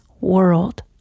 world